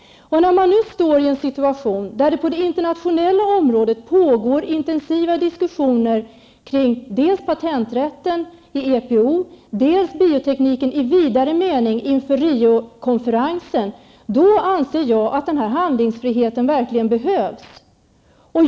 När man nu befinner sig i en situation där det på det internationella området pågår intensiva diskussioner kring dels patenrätten i EPO, dels biotekniken i vidare mening, inför Riokonferensen, anser jag att denna handlingsfrihet verkligen behövs.